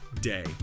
day